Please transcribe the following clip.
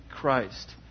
Christ